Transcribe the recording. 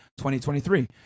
2023